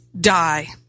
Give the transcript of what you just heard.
die